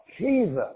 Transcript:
Jesus